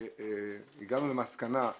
שהגענו למסקנה,